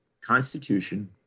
constitution